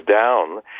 down